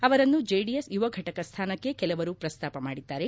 ಅವರನ್ನು ಜೆಡಿಎಸ್ ಯುವ ಫಟಕ ಸ್ವಾನಕ್ಕೆ ಕೆಲವರು ಪ್ರಸ್ತಾಪ ಮಾಡಿದ್ದಾರೆ